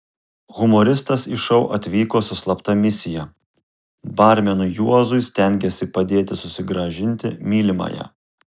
humoristas į šou atvyko su slapta misija barmenui juozui stengėsi padėti susigrąžinti mylimąją